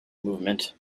movement